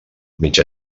mig